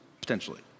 potentially